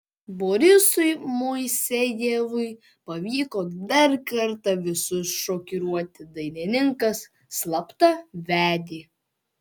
borisui moisejevui pavyko dar kartą visus šokiruoti dainininkas slapta vedė